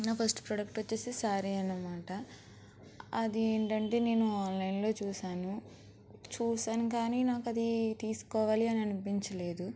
నా first product వచ్చేసి శారీ అన్నమాట అదేంటంటే నేను ఆన్లైన్లో చూసాను చూసాను కానీ నాకు అది తీసుకోవాలి అని అనిపించలేదు